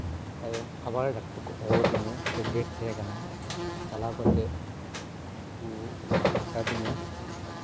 ᱟᱵᱟᱨ ᱰᱟᱠᱴᱚᱨ ᱠᱚ ᱦᱚᱦᱚᱣᱟᱫᱤᱧᱟ ᱥᱮ ᱰᱮᱴ ᱛᱟᱦᱮᱠᱟᱱᱟ ᱪᱟᱞᱟᱣ ᱠᱟᱛᱮ ᱠᱩ ᱢᱮᱛᱟᱫᱤᱧᱟᱹ